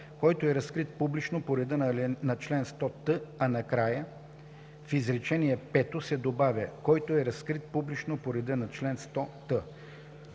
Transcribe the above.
„който е разкрит публично по реда на чл. 100т.”, а накрая в изречение пето се добавя „който е разкрит публично по реда на чл. 100т”.